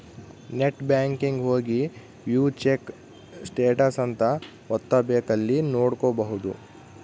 net banking ಹೋಗಿ view check status ಅಂತ ಒತ್ತಬೆಕ್ ಅಲ್ಲಿ ನೋಡ್ಕೊಬಹುದು